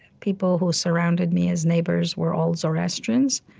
people who surrounded me as neighbors were all zoroastrians.